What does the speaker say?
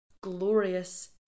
glorious